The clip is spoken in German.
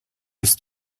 ist